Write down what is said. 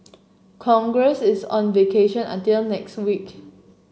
congress is on vacation until next week